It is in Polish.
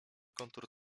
kontur